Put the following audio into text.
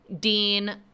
Dean